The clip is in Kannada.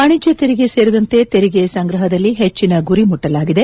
ವಾಣಿಜ್ಯ ತೆರಿಗೆ ಸೇರಿದಂತೆ ತೆರಿಗೆ ಸಂಗ್ರಹದಲ್ಲಿ ಹೆಚ್ಚಿನ ಗುರಿ ಮುಟ್ಟಲಾಗಿದೆ